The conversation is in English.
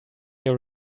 your